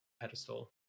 pedestal